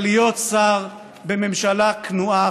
אבל להיות שר בממשלה כנועה,